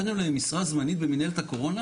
הצענו להם משרה זמנית במינהלת הקורונה